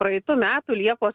praeitų metų liepos